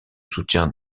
soutien